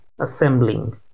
assembling